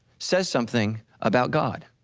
says something about god.